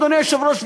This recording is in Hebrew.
אדוני היושב-ראש,